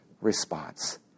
response